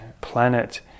planet